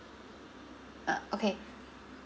uh okay